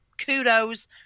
Kudos